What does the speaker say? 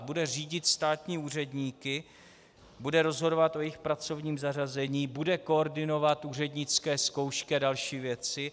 Bude řídit státní úředníky, bude rozhodovat o jejich pracovním zařazení, bude koordinovat úřednické zkoušky a další věci.